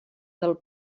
del